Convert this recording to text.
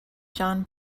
john